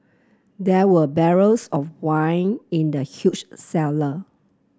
there were barrels of wine in the huge cellar